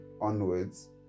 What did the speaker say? onwards